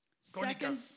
second